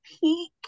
peak